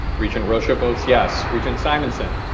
regent rosha votes yes. regent simonson?